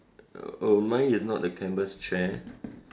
oh mine is not a canvas chair